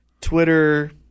Twitter